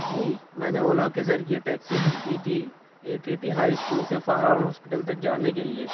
جی میں نے اولا کے ذریعہ ٹیکسی بک کی تھی A T T high school سے فاران ہاسپٹل تک جانے کلے لیے